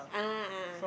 ah a'ah